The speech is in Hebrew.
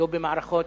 לא במערכות,